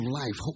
life